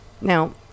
Now